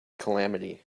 calamity